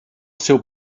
seu